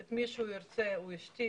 את מי שהוא ירצה הוא ישתיק,